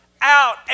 out